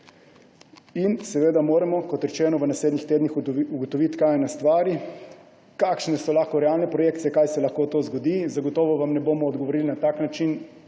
In seveda moramo, kot rečeno, v naslednjih tednih ugotoviti, kaj je na stvari, kakšne so lahko realne projekcije, kaj se lahko zgodi. Zagotovo vam ne bomo odgovorili na tak način,